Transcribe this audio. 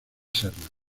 serna